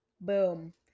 Boom